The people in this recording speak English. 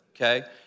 okay